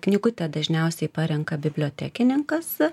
knygutę dažniausiai parenka bibliotekininkas